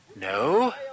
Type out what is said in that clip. No